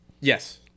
Yes